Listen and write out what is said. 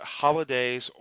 holidays